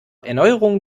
erneuerung